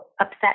upset